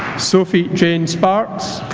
sophie jane sparkes